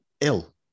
ill